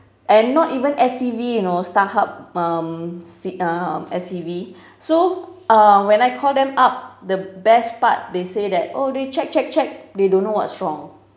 and not even S_C_V you know starhub um C um S_C_V so uh when I call them up the best part they say that oh they check check check they don't know what's wrong